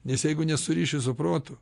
nes jeigu nesuriši su protu